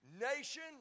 nation